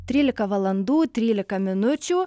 trylika valandų trylika minučių